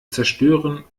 zerstören